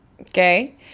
okay